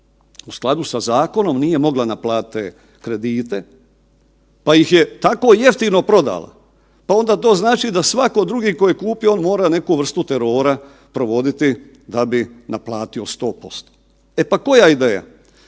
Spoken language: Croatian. u skladu sa zakonom nije mogla naplatiti te kredite pa ih je tako jeftino prodala, pa onda to znači da svako drugi tko je kupio on mora neku vrstu terora provoditi da bi naplatio 100%. E pa koja je ideja?